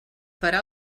farà